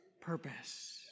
purpose